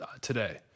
today